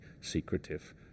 secretive